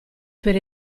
per